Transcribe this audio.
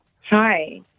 Hi